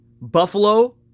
Buffalo